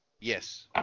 Yes